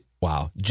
Wow